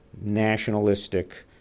nationalistic